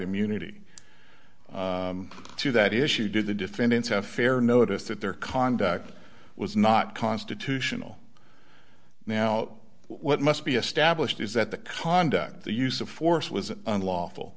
immunity to that issue did the defendants have fair notice that their conduct was not constitutional now what must be established is that the conduct the use of force was unlawful